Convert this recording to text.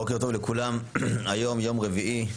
בוקר טוב לכולם, היום יום רביעי,